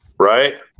Right